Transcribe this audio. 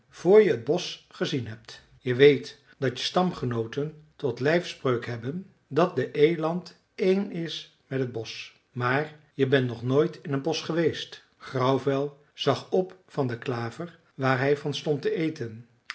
vr je het bosch gezien hebt je weet dat je stamgenooten tot lijfspreuk hebben dat de eland één is met het bosch maar je bent nog nooit in een bosch geweest grauwvel zag op van de klaver waar hij van stond te eten